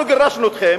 אנחנו גירשנו אתכם,